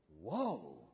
Whoa